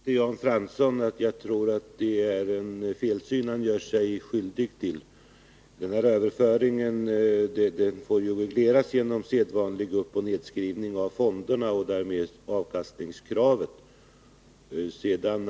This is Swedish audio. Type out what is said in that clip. Herr talman! Jag tror att Jan Fransson gör sig skyldig till en felsyn. Överföringen får ju regleras genom sedvanlig uppoch nedskrivning av fonderna och därmed avkastningskravet.